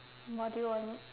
module on it